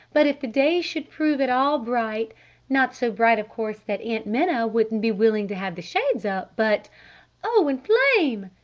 but if the day should prove at all bright not so bright of course that aunt minna wouldn't be willing to have the shades up, but oh and flame,